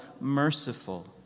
merciful